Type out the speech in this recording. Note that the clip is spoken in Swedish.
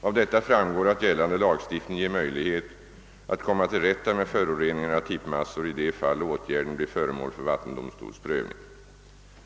Av detta framgår, att gällande lagstiftning ger möjlighet att komma till rätta med föroreningar av tippmassor i de fall åtgärden blir föremål för vattendomstols prövning.